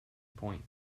point